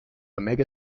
omega